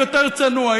יותר צנוע,